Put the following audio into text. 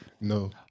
No